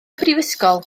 brifysgol